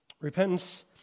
Repentance